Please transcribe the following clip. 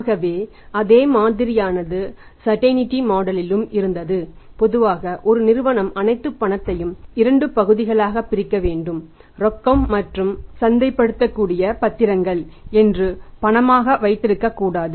ஆகவே அதே மாதிரியானது ஸர்டந்டீ மாடல் லும் இருந்தது பொதுவாக ஒரு நிறுவனம் அனைத்து பணத்தையும் 2 பகுதிகளாகப் பிரிக்க வேண்டும் ரொக்கம் மற்றும் சந்தைப்படுத்தக்கூடிய பத்திரங்கள் என்று பணமாக வைத்திருக்கக்கூடாது